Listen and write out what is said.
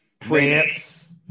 Prince